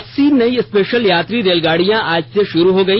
अस्सी नई स्पेशल यात्री रेलगाड़ियां आज से शुरू हो गई